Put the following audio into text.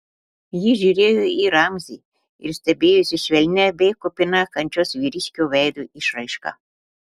ji žiūrėjo į ramzį ir stebėjosi švelnia bei kupina kančios vyriškio veido išraiška